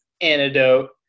antidote